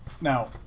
Now